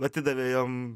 atidavė jam